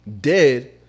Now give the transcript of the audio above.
dead